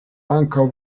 ankaŭ